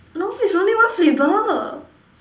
no it's only one flavour